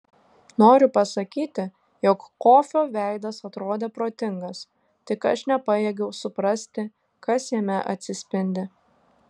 noriu pasakyti jog kofio veidas atrodė protingas tik aš nepajėgiau suprasti kas jame atsispindi